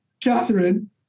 Catherine